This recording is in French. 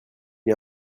est